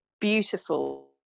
beautiful